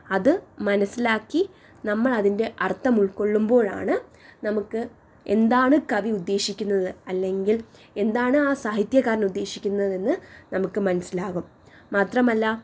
അത് മനസ്സിലാക്കി നമ്മൾ അതിൻ്റെ അർത്ഥം ഉൾക്കൊള്ളുമ്പോഴാണ് നമുക്ക് എന്താണ് കവി ഉദ്ദേശിക്കുന്നത് അല്ലെങ്കിൽ എന്താണ് ആ സാഹിത്യകാരൻ ഉദ്ദേശിക്കുന്നതെന്ന് നമുക്ക് മനസ്സിലാകും മാത്രമല്ല